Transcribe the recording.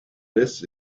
this